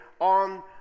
on